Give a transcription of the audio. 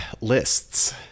lists